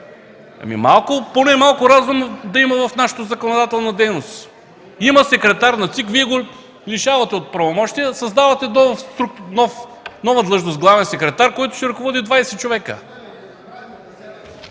от ГЕРБ.) Поне малко разум да има в нашата законодателна дейност. Има секретар на ЦИК, Вие го лишавате от правомощия, създавате нова длъжност „главен секретар”, който ще ръководи 20 човека.